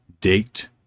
date